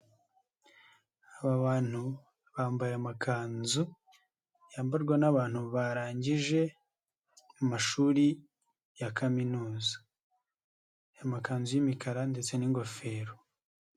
Aba bantu bambaye amakanzu yambarwa n'abantu barangije mu amashuri ya kaminuza. Aya amakanzu y'imikara ndetse n'ingofero.